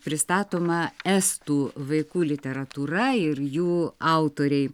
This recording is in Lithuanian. pristatoma estų vaikų literatūra ir jų autoriai